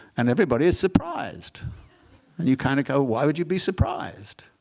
and everybody is surprised. and you kind of go, why would you be surprised?